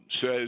says